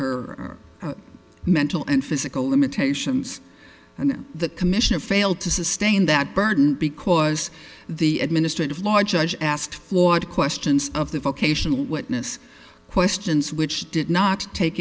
her mental and physical limitations and that commission failed to sustain that burden because the administrative law judge asked flawed questions of the vocational witness questions which did not take